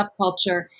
subculture